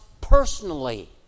personally